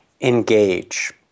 Engage